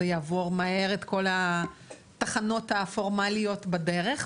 שזה יעבור מהר את כל התחנות הפורמליות בדרך,